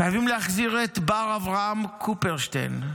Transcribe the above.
חייבים להחזיר את בר אברהם קופרשטיין,